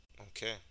Okay